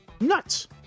Nuts